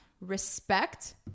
respect